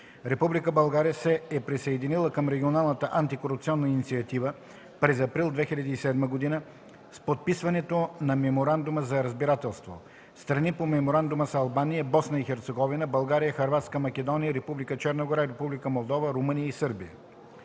Република България се e присъединила към Регионалната антикорупционна инициатива (РАИ) през април 2007 г. с подписването на Меморандума за разбирателство. Страни по Меморандума са Албания, Босна и Херцеговина, България, Хърватска, Македония, Република Черна гора, Република Молдова, Румъния и Сърбия.